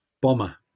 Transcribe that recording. Bomber